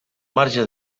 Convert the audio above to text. marge